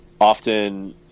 Often